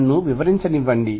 నన్ను వివిరించనివ్వండి